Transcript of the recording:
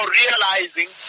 realizing